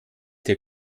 dir